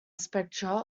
spectra